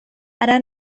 hara